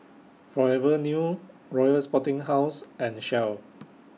Forever New Royal Sporting House and Shell